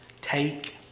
take